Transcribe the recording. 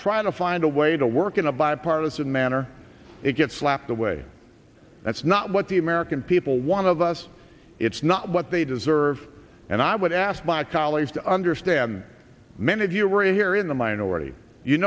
try to find a way to work in a bipartisan manner it gets slapped away that's not what the american people want of us it's not what they deserve and i would ask my colleagues to understand many of you are here in the minority you